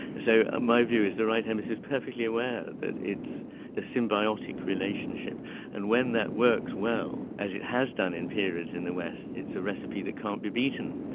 so ah my view is the right hemisphere is perfectly aware that it's a symbiotic relationship and when that works well, as it has done in periods in the west, it's a recipe that can't be beaten.